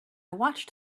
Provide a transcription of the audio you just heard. watched